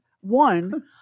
one